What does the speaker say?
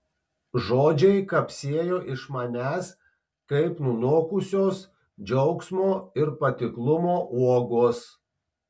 žodžiai kapsėjo iš manęs kaip nunokusios džiaugsmo ir patiklumo uogos